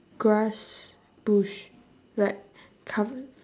grass bush like cov~